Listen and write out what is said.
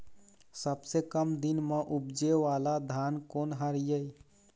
सबसे कम दिन म उपजे वाला धान कोन हर ये?